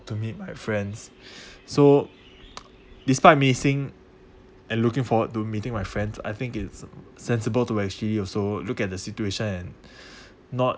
to meet my friends so despite missing and looking forward to meeting my friends I think it's a sensible to actually also look at the situation and not